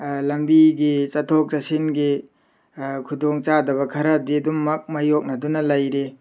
ꯂꯝꯕꯤꯒꯤ ꯆꯠꯊꯣꯛ ꯆꯠꯁꯤꯟꯒꯤ ꯈꯨꯗꯣꯡ ꯆꯥꯗꯕ ꯈꯔꯗꯤ ꯑꯗꯨꯝꯃꯛ ꯃꯥꯌꯣꯛꯅꯗꯨꯅ ꯂꯩꯔꯤ